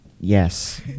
Yes